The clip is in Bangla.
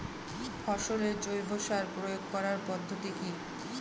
ফসলে জৈব সার প্রয়োগ করার পদ্ধতি কি?